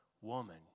woman